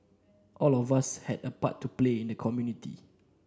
all of us have a part to play in the community